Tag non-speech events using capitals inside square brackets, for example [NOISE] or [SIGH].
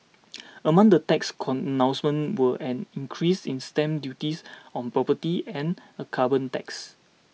[NOISE] among the tax corn announcements were an increase in stamp duties on property and a carbon tax